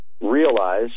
realize